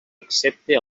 excepte